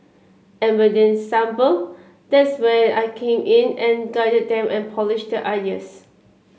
and when they stumble that's where I came in and guided them and polished their ideas